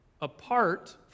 Apart